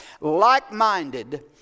like-minded